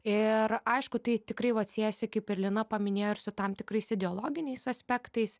ir aišku tai tikrai vat siejasi kaip ir lina paminėjo ir su tam tikrais ideologiniais aspektais